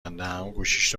کندم، گوشیش